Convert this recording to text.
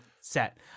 set